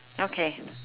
okay